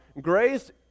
grace